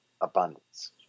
abundance